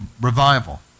revival